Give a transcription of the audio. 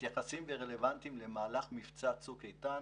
מתייחסים ורלוונטיים למהלך מבצע צוק איתן,